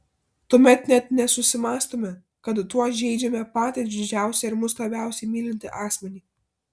tuomet net nesusimąstome kad tuo žeidžiame patį didžiausią ir mus labiausiai mylintį asmenį